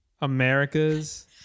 America's